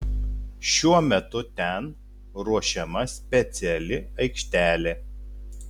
šiuo metu ten ruošiama speciali aikštelė